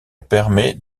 permet